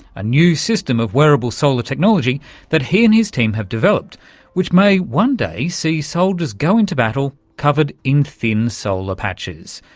a new system of wearable solar technology that he and his team have developed which may one day see soldiers go into battle covered in thin solar patches,